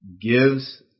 gives